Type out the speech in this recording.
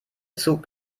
zug